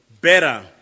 better